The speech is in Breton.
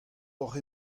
hocʼh